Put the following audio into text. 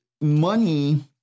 money